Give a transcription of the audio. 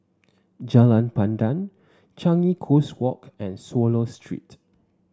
Jalan Pandan Changi Coast Walk and Swallow Street